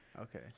Okay